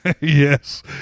Yes